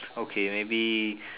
okay maybe